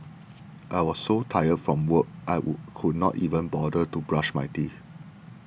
I was so tired from work I would could not even bother to brush my teeth